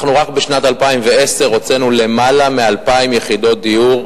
אנחנו רק בשנת 2010 הוצאנו יותר מ-2,000 יחידות דיור,